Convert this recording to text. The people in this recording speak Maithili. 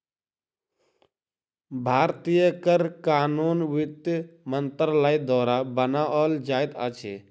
भारतीय कर कानून वित्त मंत्रालय द्वारा बनाओल जाइत अछि